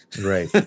Right